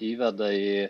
įveda į